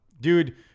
dude